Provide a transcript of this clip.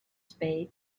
spade